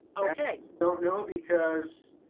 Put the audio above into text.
okay. i don't know because